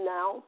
Now